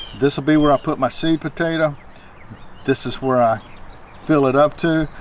this will be where i put my seed potato this is where i fill it up too,